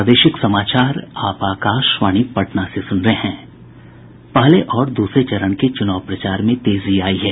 पहले और दूसरे चरण के चूनाव प्रचार में तेजी आयी है